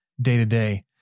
day-to-day